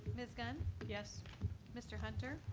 ms. gunn? yes mr. hunter?